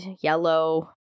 yellow